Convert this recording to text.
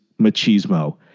machismo